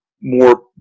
more